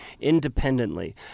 independently